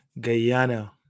Guyana